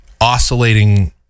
oscillating